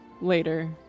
later